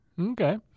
Okay